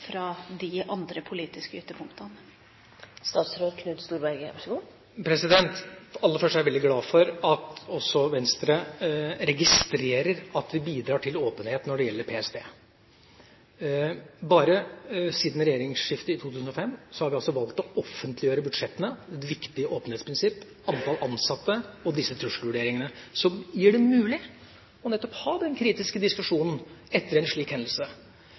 fra de andre politiske ytterpunktene. Aller først: Jeg er veldig glad for at også Venstre registrerer at vi bidrar til åpenhet når det gjelder PST. Bare siden regjeringsskiftet i 2005 har vi valgt å offentliggjøre budsjettene – et viktig åpenhetsprinsipp – antall ansatte og disse trusselvurderingene som gjør det mulig å ha den kritiske diskusjonen etter en slik hendelse.